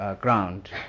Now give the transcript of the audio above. ground